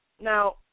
Now